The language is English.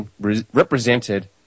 represented